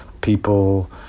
people